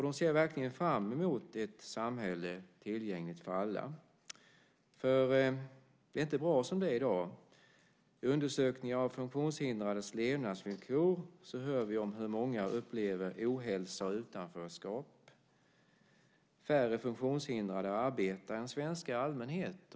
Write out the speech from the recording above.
De ser verkligen fram emot ett samhälle tillgängligt för alla. Det är inte bra som det är i dag. I undersökningar av funktionshindrades levnadsvillkor hör vi hur många upplever ohälsa och utanförskap. Färre funktionshindrade arbetar än svenskar i allmänhet.